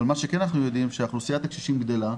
אבל מה שכן אנחנו יודעים זה שאוכלוסיית הקשישים גדלה,